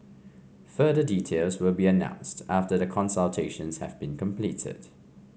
further details will be announced after the consultations have been completed